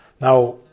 Now